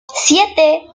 siete